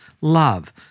love